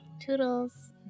Toodles